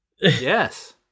Yes